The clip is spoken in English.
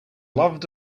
loved